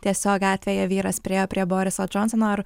tiesiog gatvėje vyras priėjo prie boriso džonsono ar